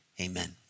amen